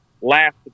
last